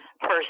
person